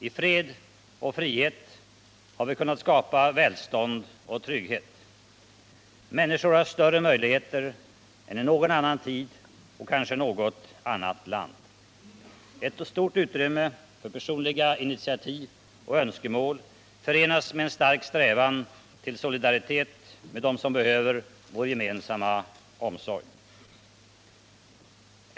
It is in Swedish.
I fred och frihet har vi kunnat skapa välstånd och trygghet. Människor har större möjligheter än i någon annan tid och kanske något annat land. Ett stört utrymme för personliga initiativ och önskemål förenas med en stark strävan till solidaritet med dem som behöver vår gemensamma omsorg.